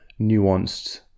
nuanced